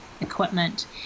equipment